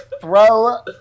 Throw